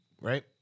right